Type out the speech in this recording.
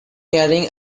carrying